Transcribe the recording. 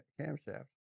camshaft